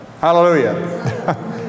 Hallelujah